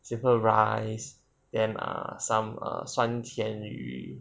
一个 rice the err some err 酸甜鱼